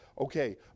okay